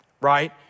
right